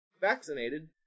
vaccinated